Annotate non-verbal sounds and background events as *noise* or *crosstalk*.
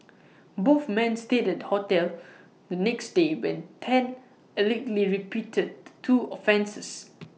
*noise* both men stayed at the hotel the next day when Tan allegedly repeated the two offences